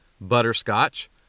Butterscotch